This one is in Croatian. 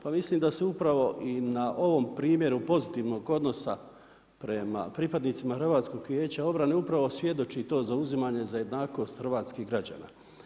Pa mislim da se upravo i na ovom primjeru pozitivnog odnosa prema pripadnicima HVO-a upravo svjedoči to zauzimanje za jednakost hrvatskih građana.